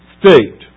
state